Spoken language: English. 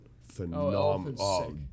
phenomenal